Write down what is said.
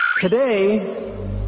Today